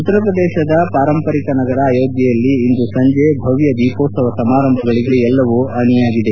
ಉತ್ತರ ಪ್ರದೇಶದ ಪಾರಂಪರಿಕ ನಗರ ಅಯೋಧ್ಯೆಯಲ್ಲಿ ಇಂದು ಸಂಜೆ ಭವ್ದ ದೀಪೋತ್ಸವ ಸಮಾರಂಭಗಳಿಗೆ ಎಲ್ಲವು ಅಣಿಯಾಗಿದೆ